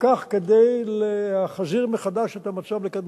שייקחו כדי להחזיר מחדש את המצב לקדמותו.